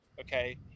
okay